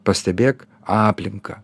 pastebėk aplinką